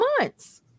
months